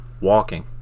Walking